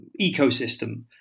ecosystem